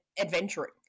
adventuring